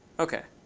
ok.